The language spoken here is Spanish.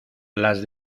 las